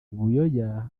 buyoya